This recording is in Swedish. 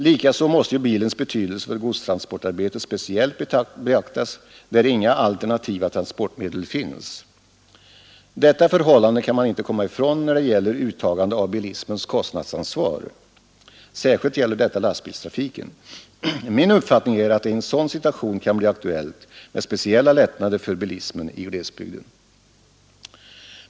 Likaså måste ju bilens betydelse för godstransportarbetet speciellt beaktas där inga alternativa transportmedel finns. Detta förhållande kan man inte komma ifrån när det gäller uttagande av bilismens kostnadsansvar. Särskilt gäller detta lastbilstrafiken. Min uppfattning är att det i en sådan situation kan bli aktuellt med speciella lättnader för bilismen i glesbygden.